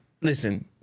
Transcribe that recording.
listen